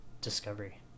discovery